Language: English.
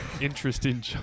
Interesting